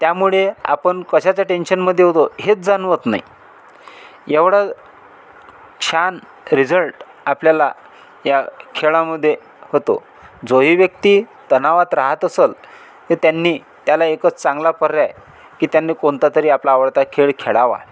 त्यामुळे आपण कशाच्या टेंशनमध्ये होतो हेच जाणवत नाही एवढा छान रिझल्ट आपल्याला या खेळामध्ये होतो जो ही व्यक्ती तणावात राहत असंल तर त्यांनी त्याला एकच चांगला पर्याय की त्यांनी कोणता तरी आपला आवडता खेळ खेळावा